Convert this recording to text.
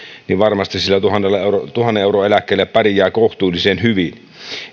varmasti sillä tuhannen euron eläkkeellä pärjää kohtuullisen hyvin